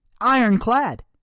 Ironclad